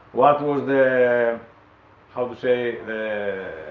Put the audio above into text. was was the how to say the